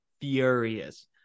furious